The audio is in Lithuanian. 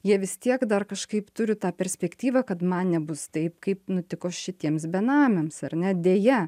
jie vis tiek dar kažkaip turi tą perspektyvą kad man nebus taip kaip nutiko šitiems benamiams ar ne deja